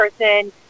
person